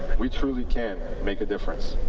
we truly can make a difference.